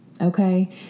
okay